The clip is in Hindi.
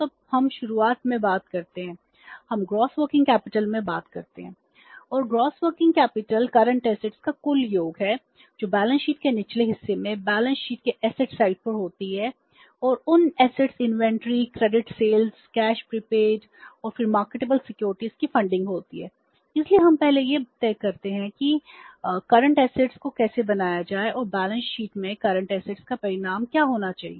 और सकल वर्किंग कैपिटल का परिमाण क्या होना चाहिए